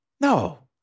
No